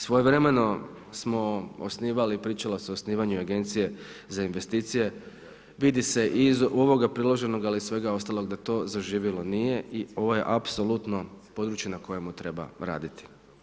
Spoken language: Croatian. Svojevremeno ste osnivala, pričalo se o osnivanju agencije za investicije, vidi se iz ovoga priloženog, ali iz svega ostalog da to zaživjelo nije i ovo je apsolutno područje na kojemu treba raditi.